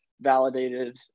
validated